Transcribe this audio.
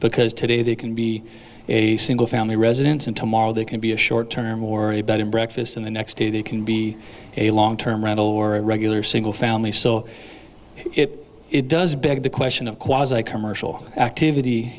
because today they can be a single family residence and tomorrow they can be a short term or a bed and breakfast and the next day they can be a long term rental or a regular single family so it does beg the question of commercial activity